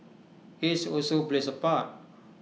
age also plays A part